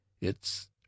It's